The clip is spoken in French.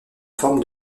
forme